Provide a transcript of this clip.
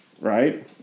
right